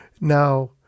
Now